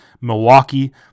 Milwaukee